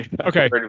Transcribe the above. Okay